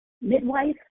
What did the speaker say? midwife